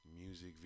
Music